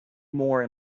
more